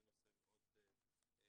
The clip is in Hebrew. זה נושא מאוד חשוב.